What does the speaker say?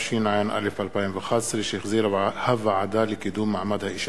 התשע"א 2011, שהחזירה הוועדה לקידום מעמד האשה.